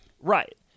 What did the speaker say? right